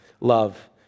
love